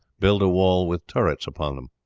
build a wall with turrets upon them.